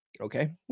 okay